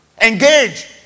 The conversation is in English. Engage